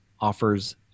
offers